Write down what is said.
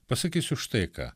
pasakysiu štai ką